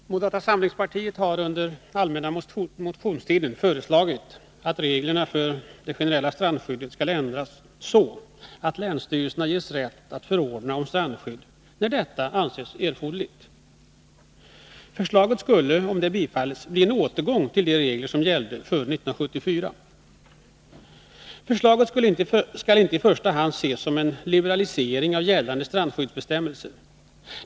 Herr talman! Moderata samlingspartiet har under den allmänna motionstiden föreslagit att reglerna för det generella strandskyddet skall ändras så att länsstyrelserna ges rätt att förordna om strandskydd när detta anses erforderligt. Förslaget skulle, om det bifalls, medföra en återgång till de regler som gällde före 1974. Förslaget skall inte i första hand ses som en liberalisering av gällande strandskyddsbestämmelser.